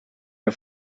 der